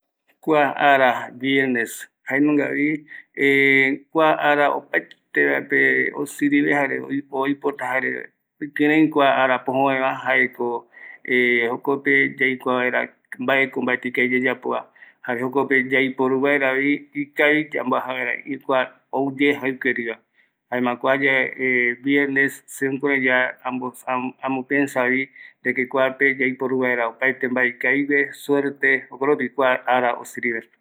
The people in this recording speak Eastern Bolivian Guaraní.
Arakuera re semandua ye jaeko jaema ou amae aja vaera tamae aja vaera taja taguata guata pearupi jaema raja se camisa jaema jokua ndie aja amea jare araje yae se akairura jüva jaema jukurei aja.